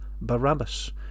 Barabbas